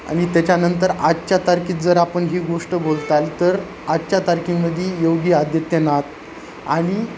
आणि त्याच्यानंतर आजच्या तारखेत जर आपण ही गोष्ट बोलताल तर आजच्या तारखेमध्ये योगी आदित्य नाथ आणि